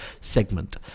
segment